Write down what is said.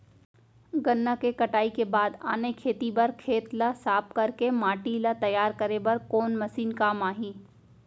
गन्ना के कटाई के बाद आने खेती बर खेत ला साफ कर के माटी ला तैयार करे बर कोन मशीन काम आही?